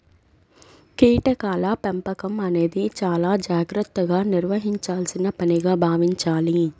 కీటకాల పెంపకం అనేది చాలా జాగర్తగా నిర్వహించాల్సిన పనిగా భావించాలి